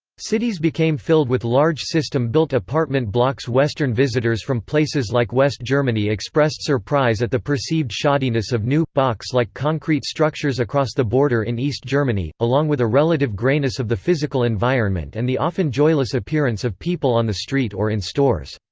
cities became filled with large system-built apartment blocks western visitors from places like west germany expressed surprise at the perceived shoddiness of new, box-like concrete structures across the border in east germany, along with a relative greyness of the physical environment and the often joyless appearance of people on the street or in stores.